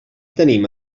tenim